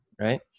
right